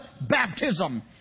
baptism